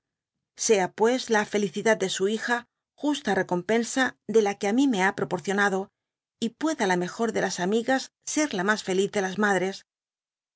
sea pues la felicidad de su hija justa recompensa de la que á mi me ba proporcionado y pueda la mejor de las amigas ser la mas feliz de las madres